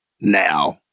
now